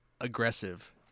aggressive